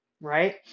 right